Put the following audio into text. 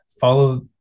follow